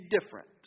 different